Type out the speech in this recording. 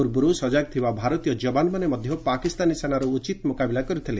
ପୂର୍ବରୁ ସଜାଗ ଥିବା ଭାରତୀୟ ଯବାନମାନେ ମଧ୍ୟ ପାକିସ୍ତାନୀ ସେନାର ଉଚିତ୍ ମୁକାବିଲା କରିଥିଲେ